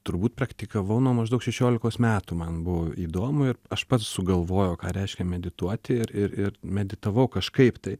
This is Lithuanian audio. turbūt praktikavau nuo maždaug šešiolikos metų man buvo įdomu ir aš pats sugalvojau ką reiškia medituoti ir ir ir meditavau kažkaip tai